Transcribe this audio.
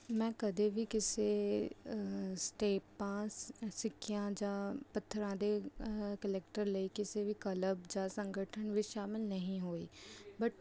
ਮੈਂ ਕਦੇ ਵੀ ਕਿਸੇ ਸਟੇਪਾਂ ਸਿੱਕਿਆਂ ਜਾਂ ਪੱਥਰਾਂ ਦੇ ਕਲੈਕਟਰ ਲਈ ਕਿਸੇ ਵੀ ਕਲੱਬ ਜਾਂ ਸੰਗਠਨ ਵਿੱਚ ਸ਼ਾਮਿਲ ਨਹੀਂ ਹੋਈ ਬਟ